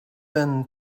been